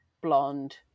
blonde